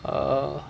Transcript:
err